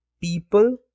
People